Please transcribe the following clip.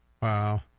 Wow